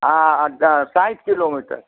હા હા સાઠ કિલોમીટર